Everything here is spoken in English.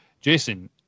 Jason